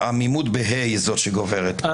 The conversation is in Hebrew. ההמימות ב-ה"א היא זאת שגוברת.